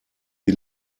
die